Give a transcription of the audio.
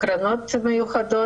קרנות מיוחדות,